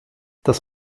das